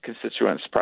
constituents